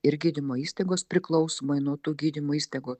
ir gydymo įstaigos priklausomai nuo tų gydymo įstaigų